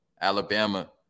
Alabama